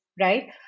right